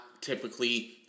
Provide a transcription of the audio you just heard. typically